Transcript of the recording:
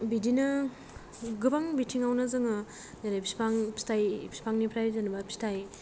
बिदिनो गोबां बिथिङावनो जोङो जेरै बिफां फिथाइ बिफांनिफ्राय जेनेबा फिथाइ